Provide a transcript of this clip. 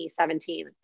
2017